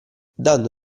dando